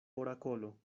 orakolo